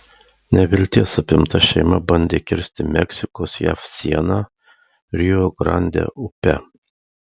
nevilties apimta šeima bandė kirsti meksikos jav sieną rio grande upe